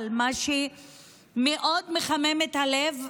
אבל מה שמאוד מחמם את הלב,